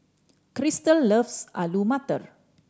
Crystal loves Alu Matar